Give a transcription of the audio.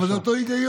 אבל זה אותו היגיון,